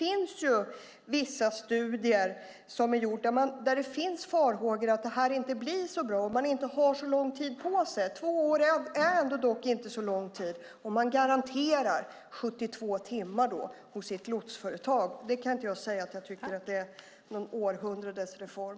I vissa studier som gjorts uttrycks farhågor för att detta inte så blir så bra och för att man inte har så lång tid på sig. Två år är ändå inte så lång tid. Att man garanteras 72 timmar hos sitt lotsföretag kan jag inte säga är århundradets reform.